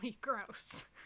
gross